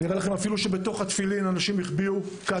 אראה לכם אפילו שבתוך התפילין אנשים החביאו קאטרים.